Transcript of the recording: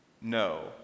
No